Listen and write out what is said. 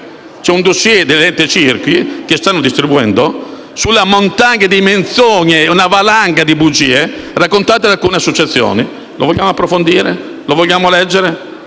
un *dossier* dell'Ente nazionale circhi, che stanno distribuendo, sulla montagna di menzogne (una valanga di bugie) raccontate da alcune associazioni. Lo vogliamo approfondire? Lo vogliamo leggere?